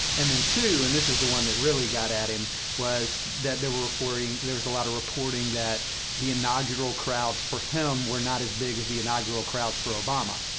and then, two and this is the one that really got at him was that they were reporting there was a lot of reporting that the inaugural crowds for him were not as big as the inaugural crowds for obama.